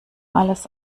alles